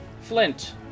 Flint